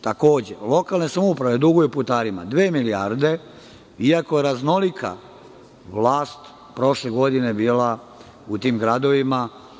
Takođe, lokalne samouprave duguju putarima dve milijarde, iako je raznolika vlast prošle godine bila u tim gradovima.